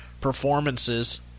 performances